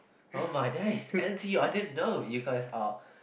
on my days n_t_u I didn't know you guys are